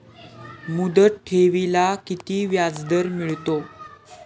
मुदत ठेवीला किती व्याजदर मिळतो?